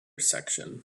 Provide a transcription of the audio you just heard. section